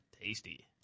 Tasty